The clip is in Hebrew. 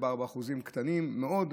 מדובר באחוזים קטנים מאוד,